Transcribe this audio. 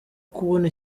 kubona